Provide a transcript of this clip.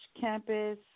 campus